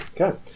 Okay